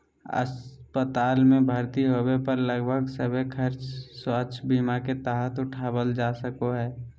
अस्पताल मे भर्ती होबे पर लगभग सभे खर्च स्वास्थ्य बीमा के तहत उठावल जा सको हय